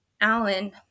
Alan